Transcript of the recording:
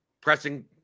pressing